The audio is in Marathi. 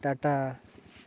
टाटा